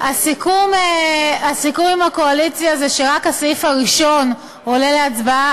הסיכום עם הקואליציה הוא שרק הסעיף הראשון עולה להצבעה,